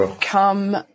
come